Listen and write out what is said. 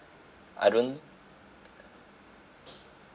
I don't